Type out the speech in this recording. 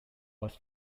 was